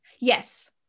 yes